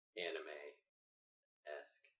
anime-esque